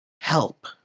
help